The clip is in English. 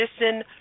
Listen